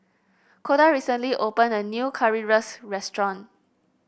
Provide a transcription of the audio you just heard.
Koda recently opened a new Currywurst restaurant